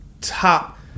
top